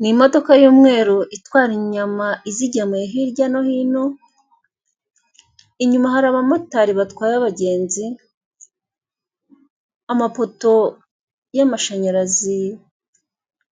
Ni imodoka y'mweru itwara inyama izigemuye hirya no hino inyuma hari abamotari batwaye abagenzi, amapoto y'amashanyarazi